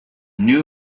new